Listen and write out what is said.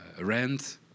rent